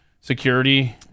security